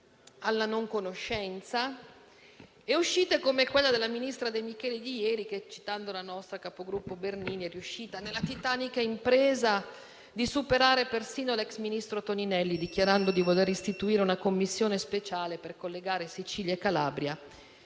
e si eviterebbero uscite come quella di ieri del ministro De Micheli che, citando la nostra capogruppo Bernini, è riuscita nella titanica impresa di superare persino l'ex ministro Toninelli, dichiarando di voler istituire una commissione speciale per collegare Sicilia e Calabria